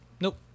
Nope